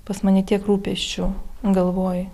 pas mane tiek rūpesčių galvoj